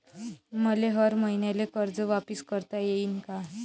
मले हर मईन्याले कर्ज वापिस करता येईन का?